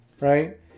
Right